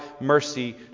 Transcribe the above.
mercy